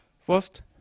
First